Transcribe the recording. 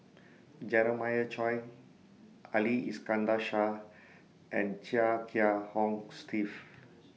Jeremiah Choy Ali Iskandar Shah and Chia Kiah Hong Steve